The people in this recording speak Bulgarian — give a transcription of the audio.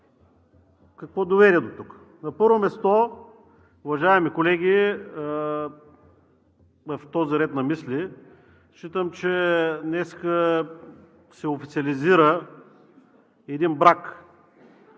какво доведе дотук? На първо място, уважаеми колеги, в този ред на мисли, считам, че днес се официализира един брак